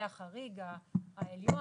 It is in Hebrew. זה החריג העליון.